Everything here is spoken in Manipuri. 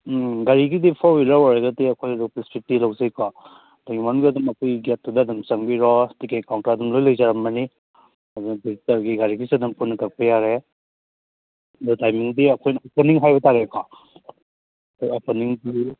ꯒꯥꯔꯤꯒꯤꯗꯤ ꯐꯣꯔ ꯍ꯭ꯋꯤꯂꯔ ꯑꯣꯏꯔꯒꯗꯤ ꯑꯩꯈꯣꯏ ꯔꯨꯄꯤꯁ ꯐꯤꯐꯇꯤ ꯂꯧꯖꯩꯀꯣ ꯑꯩꯈꯣꯏꯒꯤ ꯒꯦꯠꯇꯨꯗ ꯑꯗꯨꯝ ꯆꯪꯕꯤꯔꯣ ꯇꯤꯛꯀꯦꯠ ꯀꯥꯎꯟꯇꯔ ꯑꯗꯨꯝ ꯂꯣꯏ ꯂꯩꯖꯔꯝꯃꯅꯤ ꯑꯗꯒꯤ ꯒꯥꯔꯤꯒꯤꯁꯨ ꯑꯗꯨꯝ ꯄꯨꯟꯅ ꯀꯛꯄ ꯌꯥꯔꯦ ꯑꯗꯣ ꯇꯥꯏꯃꯤꯡꯗꯤ ꯑꯩꯈꯣꯏ ꯄꯨꯡꯖꯤꯡ ꯍꯥꯏꯕ ꯇꯥꯔꯦꯀꯣ